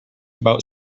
about